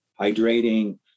hydrating